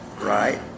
right